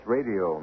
Radio